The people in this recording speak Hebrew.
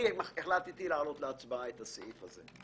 אני החלטתי להעלות להצבעה את הסעיף הזה.